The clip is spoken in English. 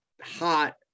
hot